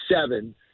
seven